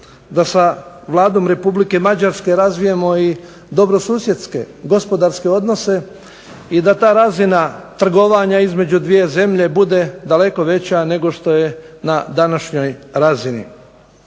da sa Vladom Republike Mađarske razvijemo i dobrosusjedske, gospodarske odnose i da ta razina trgovanja između dvije zemlje bude daleko veća nego što je na današnjoj razini.